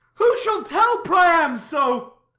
who shall tell priam so,